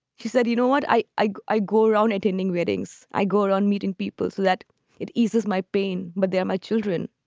she said, you know what? i i go around attending weddings. i go on meeting people so that it eases my pain, but they're my children.